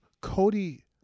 Cody